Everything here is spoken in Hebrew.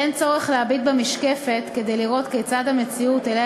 אין צורך להביט במשקפת כדי לראות כיצד המציאות שאליה